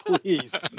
please